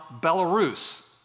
Belarus